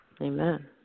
Amen